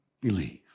believe